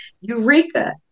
Eureka